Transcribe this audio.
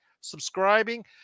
subscribing